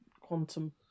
Quantum